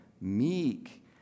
meek